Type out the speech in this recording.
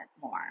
more